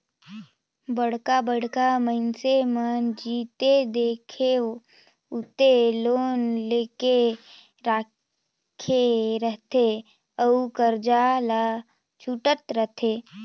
बड़का बड़का मइनसे मन जिते देखबे उते लोन लेके राखे रहथे अउ करजा ल छूटत रहथे